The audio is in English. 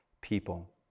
people